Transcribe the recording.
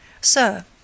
Sir